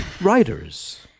writers